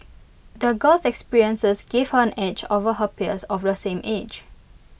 the girl's experiences gave her an edge over her peers of the same age